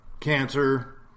cancer